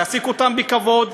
תעסיקו אותם בכבוד,